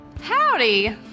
Howdy